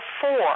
four